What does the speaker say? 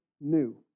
new